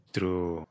True